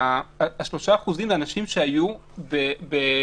ה-3% אלה אנשים שהיו במטוס